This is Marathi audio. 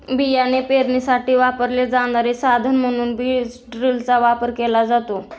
बियाणे पेरणीसाठी वापरले जाणारे साधन म्हणून बीज ड्रिलचा वापर केला जातो